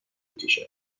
میشد